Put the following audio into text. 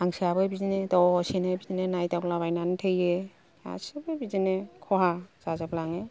हांसोआबो बिदिनो दसेनो बिदिनो नायदावलाबायनानै थैयो गासिबो बिदिनो खहा जाजोबलाङो